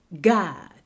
God